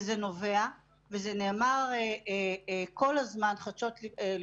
וזה נובע, וזה נאמר כל הזמן, חדשות לבקרים,